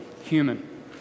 human